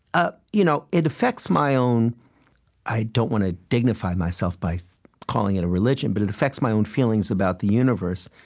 ah you know it affects my own i don't want to dignify myself by so calling it a religion. but it affects my own feelings about the universe,